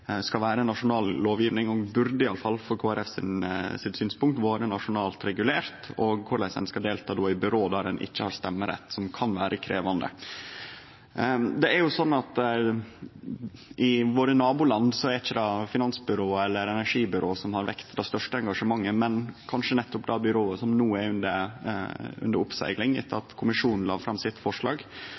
skal vere nasjonal lovgjeving, og som burde – iallfall frå Kristeleg Folkepartis synspunkt – ha vore nasjonalt regulert, og korleis ein då skal delta i byrå der ein ikkje har stemmerett, noko som kan vere krevjande. I nabolanda våre er det ikkje finansbyrået eller energibyrået som har vekt det største engasjementet, men kanskje nettopp det byrået som no er under oppsegling etter at Kommisjonen la fram sitt forslag.